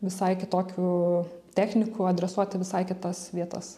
visai kitokių technikų adresuoti visai kitas vietas